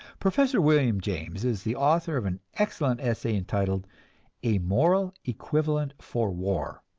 professor william james is the author of an excellent essay entitled a moral equivalent for war.